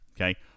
okay